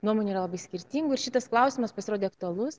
nuomonių yra labai skirtingų ir šitas klausimas pasirodė aktualus